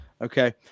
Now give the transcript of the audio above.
Okay